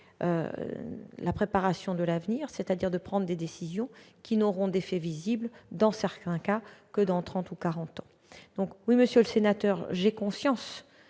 la préparation de l'avenir, c'est-à-dire de prendre des décisions qui n'auront d'effets visibles, dans certains cas, que dans trente ou quarante ans. Oui, monsieur le sénateur, j'ai conscience